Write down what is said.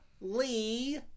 Lee